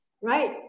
right